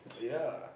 yeah